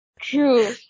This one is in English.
True